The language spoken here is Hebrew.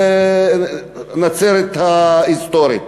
נצרת ההיסטורית.